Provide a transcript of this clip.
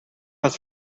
had